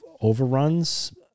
overruns